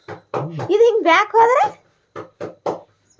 ಹೊಸ debit card ಗಾಗಿ ನಾನು ಹೇಗೆ ಅರ್ಜಿ ಸಲ್ಲಿಸುವುದು?